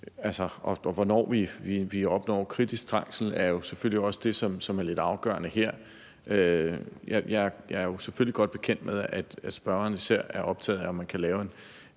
om, hvornår vi opnår kritisk trængsel, er selvfølgelig også det, som er lidt afgørende her. Jeg er jo selvfølgelig godt bekendt med, at spørgeren især er optaget af, om man kan lave en